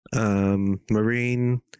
Marine